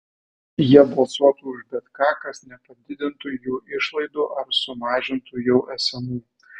jie balsuotų už bet ką kas nepadidintų jų išlaidų ar sumažintų jau esamų